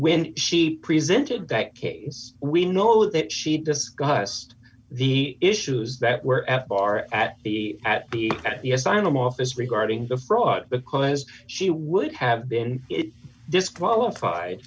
when she presented that case we know that she discussed the issues that were at bar at the at the at the sign of office regarding the fraud because she would have been disqualified